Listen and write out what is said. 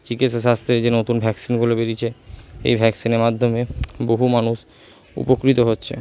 চিকিৎসা শাস্ত্রে যে নতুন ভ্যাকসিনগুলো বেরিয়েছে এই ভ্যাকসিনের মাদ্যমে বহু মানুষ উপকৃত হচ্ছে